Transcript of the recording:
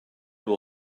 will